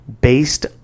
Based